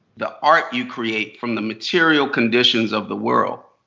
the art you create from the material conditions of the world.